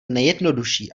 nejjednoduší